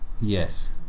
Yes